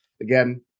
again